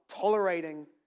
tolerating